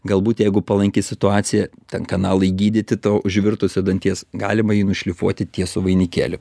galbūt jeigu palanki situacija ten kanalai gydyti to užvirtusio danties galima jį nušlifuoti tiesų vainikėlį